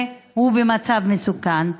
והוא במצב מסוכן.